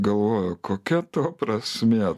galvoja kokia to prasmė